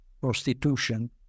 prostitution